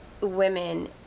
women